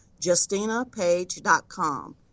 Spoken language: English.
JustinaPage.com